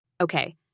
Okay